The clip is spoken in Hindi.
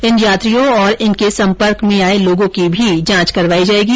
इन यात्रियों तथा इनके सम्पर्क में आये लोगों की भी जांच करवाई जायेगी